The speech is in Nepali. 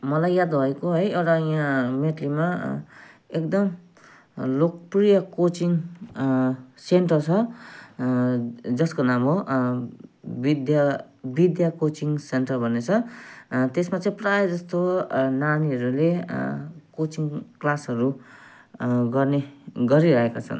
मलाई याद भएको है एउटा यहाँ मेटलीमा एकदम लोकप्रिय कोचिङ सेन्टर छ जसको नाम हो विद्या विद्या कोचिङ सेन्टर भन्ने छ त्यसमा चाहिँ प्रायःजस्तो नानीहरूले कोचिङ क्लासहरू गर्ने गरिरहेका छन्